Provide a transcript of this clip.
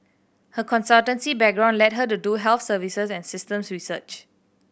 her consultancy background led her to do health services and systems research